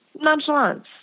nonchalance